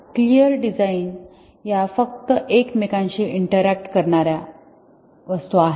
clear design या फक्त एकमेकांशी इंटरिऍक्ट करणाऱ्या वस्तू आहेत